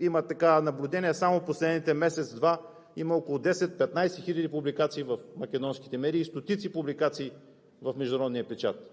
че има наблюдение: само в последните месец-два около 10 – 15 хиляди публикации в македонските медии и стотици публикации в международния печат